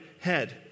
head